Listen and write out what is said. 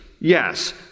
yes